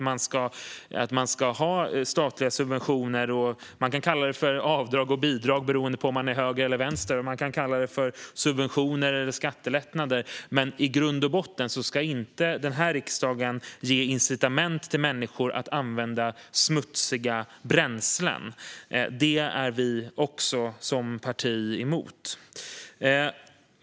Man kan kalla det avdrag eller bidrag beroende på om man är höger eller vänster; man kan kalla det subventioner eller skattelättnader, men i grund och botten ska riksdagen inte ge incitament till människor att använda smutsiga bränslen. Detta är vi som parti emot.